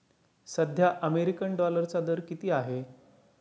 सध्या अमेरिकन डॉलरचा दर किती आहे?